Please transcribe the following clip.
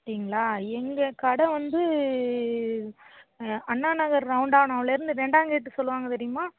அப்படிங்களா எங்கள் கடை வந்து அண்ணாநகர் ரவுண்டானாவுலேருந்து ரெண்டாங்கேட்டு சொல்வாங்க தெரியுமா